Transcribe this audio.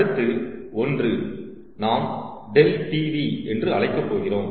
அடுத்த 1 நாம் ∆Pv என்று அழைக்கப் போகிறோம்